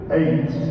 eight